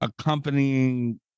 accompanying